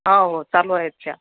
हो हो चालू आहेत त्या